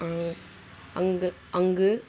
அங்கு அங்கு